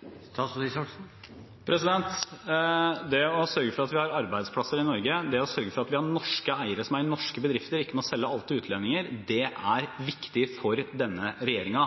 Norge, det å sørge for at vi har norske eiere som eier norske bedrifter, og ikke må selge alt til utlendinger, er viktig for denne regjeringen.